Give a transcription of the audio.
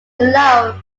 below